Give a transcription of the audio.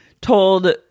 told